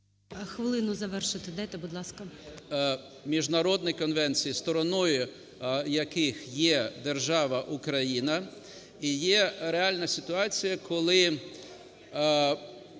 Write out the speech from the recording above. секунд завершити дайте, будь ласка.